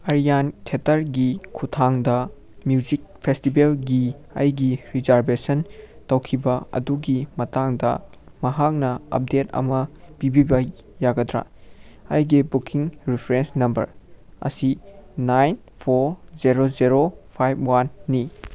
ꯑꯥꯔꯌꯥꯟ ꯊꯦꯇꯔꯒꯤ ꯈꯨꯠꯊꯥꯡꯗ ꯃ꯭ꯌꯨꯖꯤꯛ ꯐꯦꯁꯇꯤꯕꯦꯜꯒꯤ ꯑꯩꯒꯤ ꯔꯤꯖꯥꯔꯕꯦꯁꯟ ꯇꯧꯈꯤꯕ ꯑꯗꯨꯒꯤ ꯃꯇꯥꯡꯗ ꯃꯍꯥꯛꯅ ꯑꯞꯗꯦꯗ ꯑꯃ ꯄꯤꯕꯤꯕ ꯌꯥꯒꯗ꯭ꯔꯥ ꯑꯩꯒꯤ ꯕꯨꯛꯀꯤꯡ ꯔꯤꯐ꯭ꯔꯦꯟꯁ ꯅꯝꯕꯔ ꯑꯁꯤ nine four zero zero five ꯋꯥꯟꯅꯤ